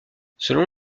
selon